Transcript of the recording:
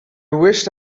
wished